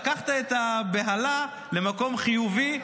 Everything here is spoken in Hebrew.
לקחת את הבהלה למקום חיובי,